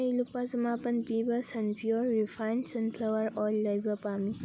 ꯑꯩ ꯂꯨꯄꯥ ꯆꯃꯥꯄꯟ ꯄꯤꯕ ꯁꯟ ꯄꯤꯌꯣꯔ ꯔꯤꯐꯥꯏꯟ ꯁꯟꯐ꯭ꯂꯋꯥꯔ ꯑꯣꯏꯜ ꯂꯩꯕ ꯄꯥꯝꯃꯤ